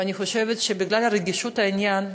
ואני חושבת שבגלל רגישות העניין,